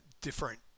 different